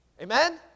Amen